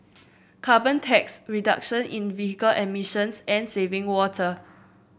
carbon tax reduction in vehicle emissions and saving water